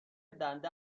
دنده